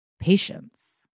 patience